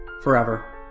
forever